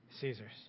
Caesar's